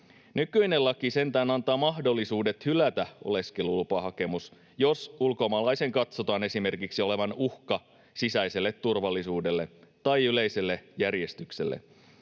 Nykyinen laki sentään antaa mahdollisuudet hylätä oleskelulupahakemus, jos ulkomaalaisen katsotaan esimerkiksi olevan uhka sisäiselle turvallisuudelle tai yleiselle järjestykselle.